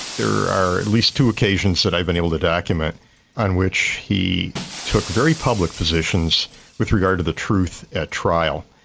there are at least two occasions that i've been able to document on which he took very public positions with regard to the truth at trial.